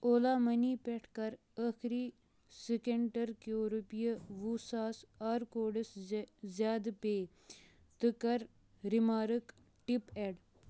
اولا مٔنی پیٚٹھ کَر ٲخٕری سیکنٛڈ کیٚو رۅپیہِ وُہ ساس آر کوڈَس زِ زیٛادٕ پیٚے تہٕ کَر ریمارٕک ٹِپ ایڈ